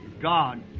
God